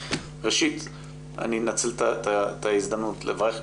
ראשית אני אנצל את ההזדמנות לברך,